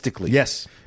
Yes